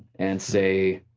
and say